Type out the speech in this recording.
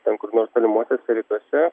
ten kur nors tolimuosiuose rytuose